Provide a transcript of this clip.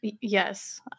Yes